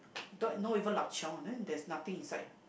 don't no not even lup-cheong then there's nothing inside